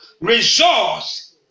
resource